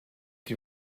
die